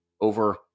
over